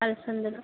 అలసందలు